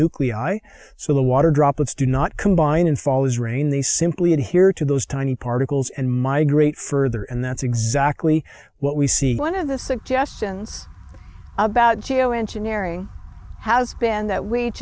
nuclei so the water droplets do not combine and fall as rain they simply adhere to those tiny particles and migrate further and that's exactly what we see one of the suggestions about geo engineering has been that w